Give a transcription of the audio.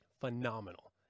Phenomenal